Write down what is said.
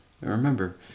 Remember